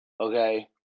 Okay